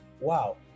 wow